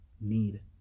Need